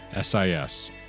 SIS